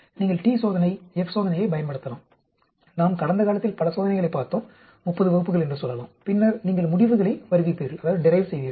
நீங்கள் T சோதனை F சோதனையைப் பயன்படுத்தலாம் நாம் கடந்த காலத்தில் பல சோதனைகளைப் பார்த்தோம் 30 வகுப்புகள் என்று சொல்லலாம் பின்னர் நீங்கள் முடிவுகளை வருவிப்பீர்கள்